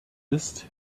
ist